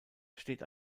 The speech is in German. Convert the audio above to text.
steht